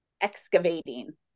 excavating